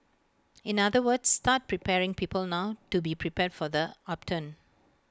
in other words start preparing people now to be prepared for the upturn